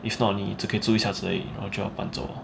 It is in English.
if not 你只可以住而已然后就要搬走